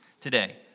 today